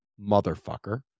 motherfucker